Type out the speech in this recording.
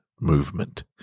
movement